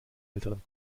älteren